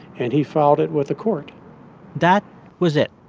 and he filed it with the court that was it.